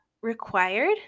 required